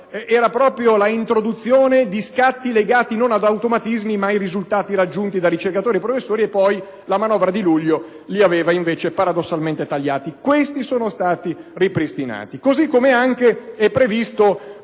era propria l'introduzione di scatti non legati ad automatismi, ma ai risultati raggiunti dai ricercatori e professori e che la manovra di luglio aveva invece paradossalmente tagliato. Questi scatti sono stati ripristinati, così come è anche previsto